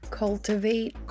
cultivate